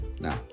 Now